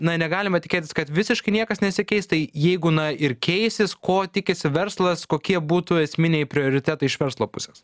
na negalima tikėtis kad visiškai niekas nesikeis tai jeigu na ir keisis ko tikisi verslas kokie būtų esminiai prioritetai iš verslo pusės